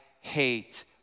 hate